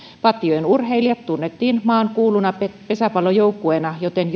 pattijoen urheilijat tunnettiin maankuuluna pesäpallojoukkueena joten